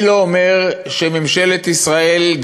אני לא אומר שממשלת ישראל,